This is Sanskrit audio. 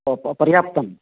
ओ प पर्याप्तम्